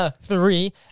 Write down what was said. three